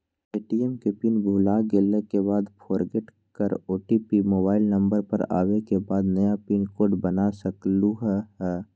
ATM के PIN भुलागेल के बाद फोरगेट कर ओ.टी.पी मोबाइल नंबर पर आवे के बाद नया पिन कोड बना सकलहु ह?